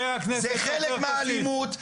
זה חלק מהאלימות,